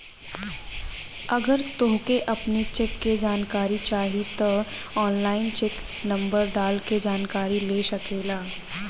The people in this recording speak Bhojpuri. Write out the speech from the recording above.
अगर तोहके अपनी चेक के जानकारी चाही तअ ऑनलाइन चेक नंबर डाल के जानकरी ले सकेला